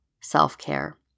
self-care